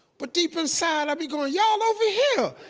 but deep inside i be goin', y'all over here?